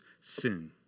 sin